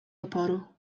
oporu